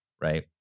Right